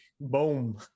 boom